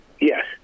Yes